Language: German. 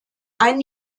ein